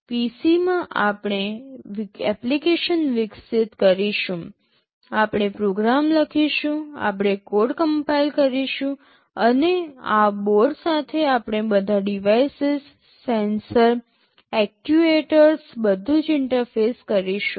PC માં આપણે application વિકસિત કરીશું આપણે પ્રોગ્રામ લખીશું આપણે કોડ કમ્પાઇલ કરીશું અને આ બોર્ડ સાથે આપણે બધા devices sensor actuators devices sensors actuators બધું જ ઇન્ટરફેસ કરીશું